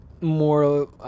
more